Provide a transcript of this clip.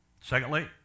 Secondly